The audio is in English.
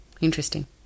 Interesting